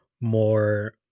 more